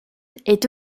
est